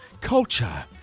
culture